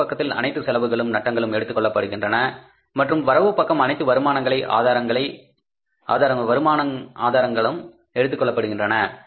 பற்று பக்கத்தில் அனைத்து செலவுகளும் நட்டங்களும் எடுத்துக்கொள்ளப்படுகின்றன மற்றும் வரவு பக்கம் அனைத்து வருமானங்களை ஆதாரங்களும் எடுத்துக்கொள்ளப்படுகின்றன